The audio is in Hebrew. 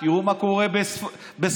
תראו מה קורה בספרד,